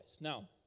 Now